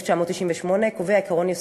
1998, קובע עקרון יסוד: